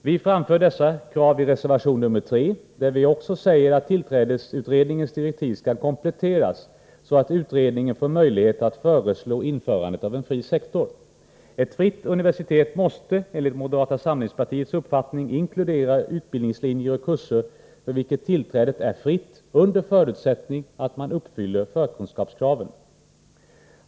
Vi framför dessa krav i reservation nr 3, där vi också säger att tillträdesutredningens direktiv skall kompletteras så att utredningen får möjlighet att föreslå införande av en fri sektor. Ett fritt universitet måste, enligt moderata samlingspartiets uppfattning, inkludera utbildningslinjer och kurser, till vilka tillträdet är fritt under förutsättning att man uppfyller förkunskapskraven.